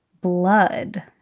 blood